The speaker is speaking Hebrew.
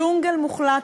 ג'ונגל מוחלט,